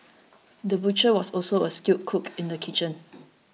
the butcher was also a skilled cook in the kitchen